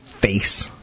face